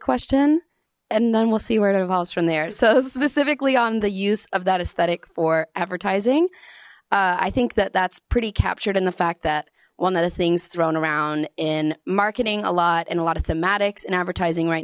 question and then we'll see where it involves from there so specifically on the use of that aesthetic for advertising i think that that's pretty captured in the fact that one of the things thrown around in marketing a lot and a lot of thematics in advertising right